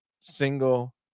single